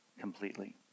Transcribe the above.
completely